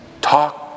Talk